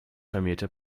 vermählte